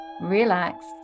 relax